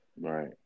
Right